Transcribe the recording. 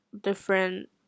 different